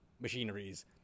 machineries